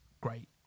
great